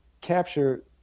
capture